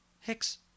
Hicks